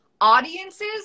Audiences